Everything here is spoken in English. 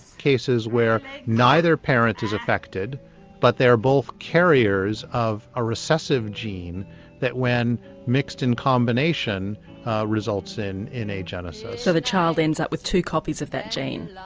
cases where neither parent is affected but they're both carriers of a recessive gene that when mixed in combination results in in agenesis. so the child ends up with two copies of that gene?